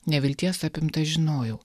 nevilties apimtas žinojau